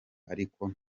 ariko